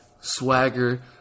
swagger